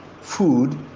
food